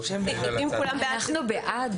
אם כולם בעד --- אנחנו בעד.